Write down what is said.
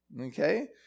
okay